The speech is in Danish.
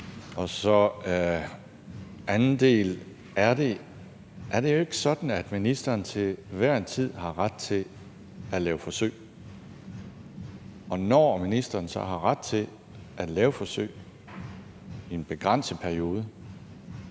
Og så den anden del: Er det ikke sådan, at ministeren til hver en tid har ret til at lave forsøg? Og når ministeren så har ret til at lave forsøg i en begrænset periode